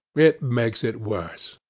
it makes it worse.